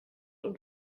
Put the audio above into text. und